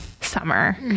summer